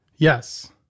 Yes